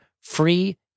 free